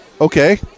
Okay